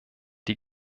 die